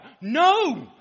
No